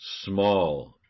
small